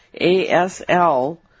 A-S-L